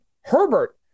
Herbert